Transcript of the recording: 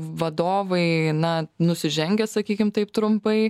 vadovai na nusižengę sakykim taip trumpai